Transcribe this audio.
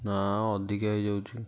ନା ଅଧିକା ହେଇଯାଉଛି